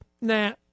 Nah